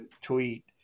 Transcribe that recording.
tweet